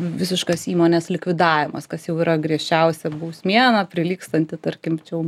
visiškas įmonės likvidavimas kas jau yra griežčiausia bausmė prilygstanti tarkim čia jau